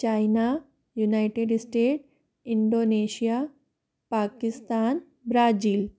China United State Indonesia Pakistan Brazil